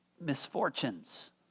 misfortunes